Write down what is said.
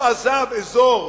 הוא עזב אזור